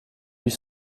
huit